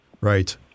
Right